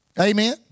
Amen